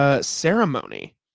ceremony